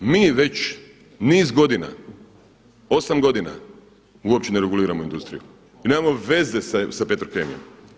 Mi već niz godina, 8 godina uopće ne reguliramo industriju i nemamo veze sa Petrokemijom.